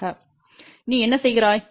ஆக நீ என்ன செய்கிறாய்